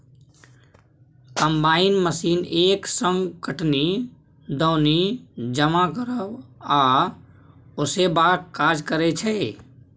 combine machine एक संग कटनी, दौनी, जमा करब आ ओसेबाक काज करय छै